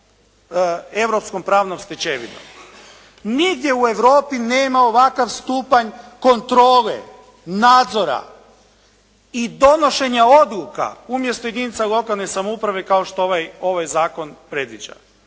europskom pravnom stečevinom. Nigdje u Europi nema ovakav stupanj kontrole, nadzora i donošenja odluka umjesto jedinica lokalne samouprave kao što ovaj zakon predviđa.